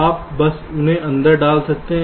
आप बस उन्हें अंदर डाल सकते हैं